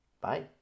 Bye